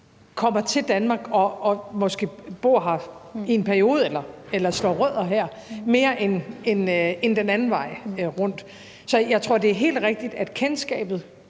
kommer til Danmark og måske bor her i en periode eller slår rødder her, mere end tilfældet er den anden vej rundt. Så jeg tror, det er helt rigtigt, at kendskabet